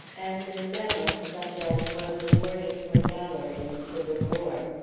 and a medal such as was awarded for valor in the civil war.